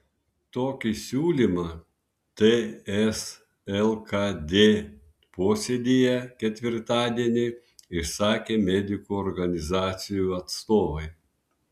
tokį siūlymą ts lkd posėdyje ketvirtadienį išsakė medikų organizacijų atstovai